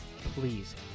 please